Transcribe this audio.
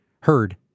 heard